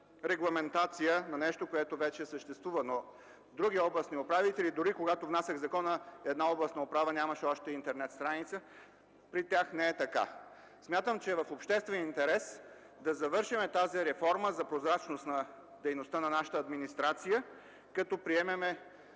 регламентация на нещо, което вече съществува. Но при други областни управители – дори когато внасях законопроекта, една областна управа нямаше още интернет страница – не е така. Смятам, че е в обществен интерес да завършим тази реформа за прозрачност на дейността на нашата администрация, като приемем